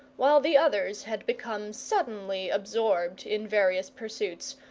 while the others had become suddenly absorbed in various pursuits,